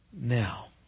now